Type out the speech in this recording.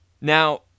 Now